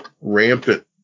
rampant